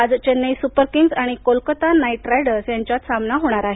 आज Chennai super kings आणि Kolkata knight riders यांच्यात सामना होणार आहे